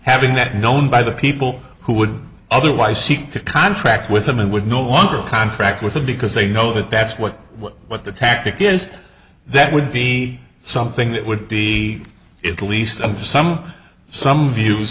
having that known by the people who would otherwise seek to contract with them and would no longer contract with them because they know that that's what what the tactic is that would be something that would be it least of some some views